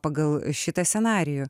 pagal šitą scenarijų